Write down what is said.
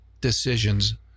decisions